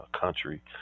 country